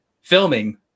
filming